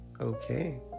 okay